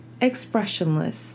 expressionless